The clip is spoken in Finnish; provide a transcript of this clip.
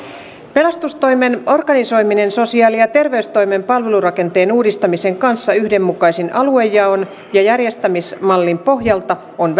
pelastustoimen organisoiminen sosiaali ja terveystoimen palvelurakenteen uudistamisen kanssa yhdenmukaisen aluejaon ja järjestämismallin pohjalta on